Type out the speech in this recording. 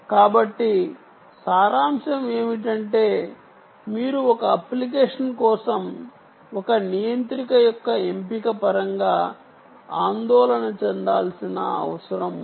కాబట్టి సారాంశం ఏమిటంటే మీరు ఒక అప్లికేషన్ కోసం ఒక నియంత్రిక యొక్క ఎంపిక పరంగా ఆందోళన చెందాల్సిన అవసరం ఉంది